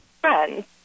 friends